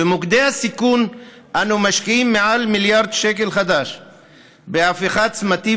במוקדי הסיכון אנו משקיעים מעל מיליארד שקל בהפיכת צמתים